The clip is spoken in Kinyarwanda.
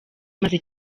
maze